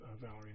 Valerie